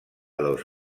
dos